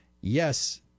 yes